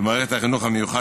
במערכת החינוך המיוחד.